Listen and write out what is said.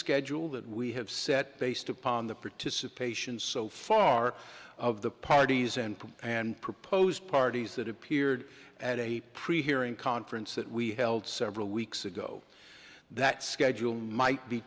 schedule that we have set based upon the participation so far of the parties and and proposed parties that appeared at a pre hearing conference that we held several weeks ago that schedule might be